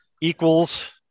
equals